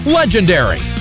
legendary